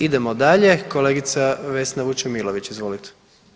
Idemo dalje, kolegica Vesna Vučemilović, izvolite.